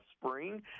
spring